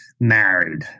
Married